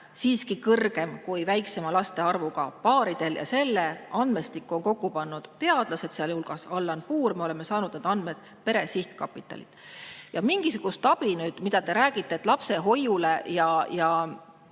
siiski kõrgem kui väiksema laste arvuga paaridel. Selle andmestiku on kokku pannud teadlased, sealhulgas Allan Puur. Me oleme saanud need andmed Pere Sihtkapitalilt. Mingisugune abi, nagu te räägite, lapsehoiule ja